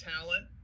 talent